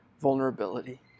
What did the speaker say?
vulnerability